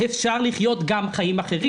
אפשר לחיות גם חיים אחרים".